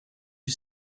you